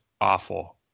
awful